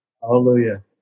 Hallelujah